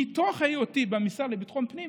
מתוך היותי במשרד לביטחון פנים,